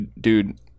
dude